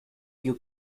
you